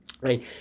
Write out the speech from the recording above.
right